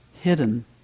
hidden